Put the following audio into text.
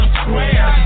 square